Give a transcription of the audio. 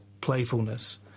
playfulness